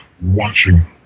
watching